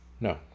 No